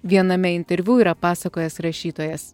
viename interviu yra pasakojęs rašytojas